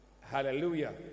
Hallelujah